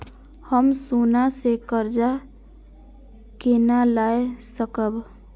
हम सोना से कर्जा केना लाय सकब?